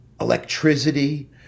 electricity